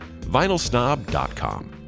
VinylSnob.com